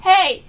Hey